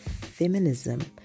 feminism